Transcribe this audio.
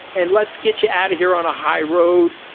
and let's get you out of here on a high road.